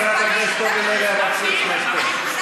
חברת הכנסת אורלי לוי אבקסיס, מספיק.